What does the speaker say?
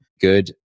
good